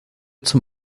zum